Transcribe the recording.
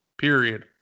Period